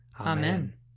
Amen